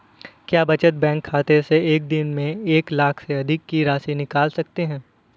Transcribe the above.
क्या बचत बैंक खाते से एक दिन में एक लाख से अधिक की राशि निकाल सकते हैं?